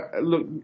look